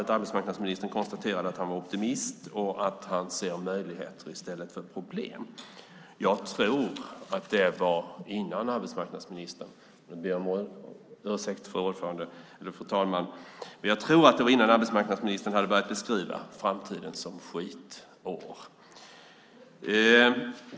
Arbetsmarknadsministern konstaterade att han var optimist och att han såg möjligheter i stället för problem. Jag tror att det var innan arbetsmarknadsministern - jag ber om ursäkt, fru talman - hade börjat beskriva framtiden som "skitår".